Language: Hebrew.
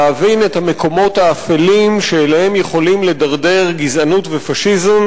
להבין את המקומות האפלים שאליהם יכולים לדרדר גזענות ופאשיזם